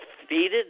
defeated